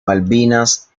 malvinas